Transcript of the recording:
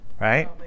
Right